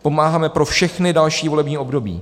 Pomáháme pro všechna další volební období.